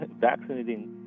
vaccinating